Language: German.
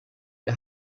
wir